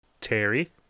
Terry